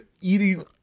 eating